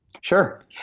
Sure